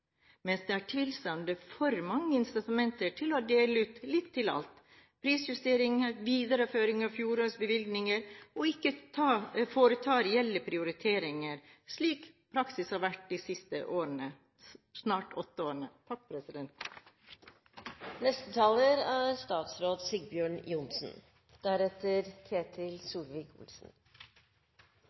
mens det er tilsvarende for mange incitamenter til å dele ut litt til alt, prisjusteringer, videreføring av fjorårets bevilgninger, og ikke foreta reelle prioriteringer, slik praksis har vært de siste snart åtte årene.